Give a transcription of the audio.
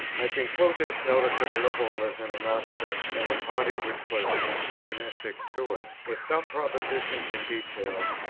i conclude this notice of liberalism in oxford, and the party which was antagonistic to it, with some propositions in detail,